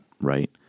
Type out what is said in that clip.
right